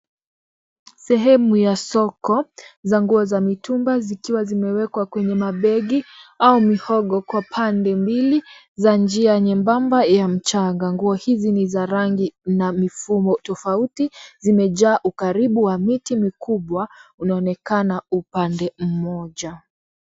Sehemu ya soko za nguo za mitumba zikiwa zimewekwa kwenye mabegi au mihogo kwa pande mbili za njia nyembamba ya mchanga. Nguo hizi ni za rangi na mifumo tofauti zimejaa. Ukaribu wa miti mikubwa unaonekana upande mmoja.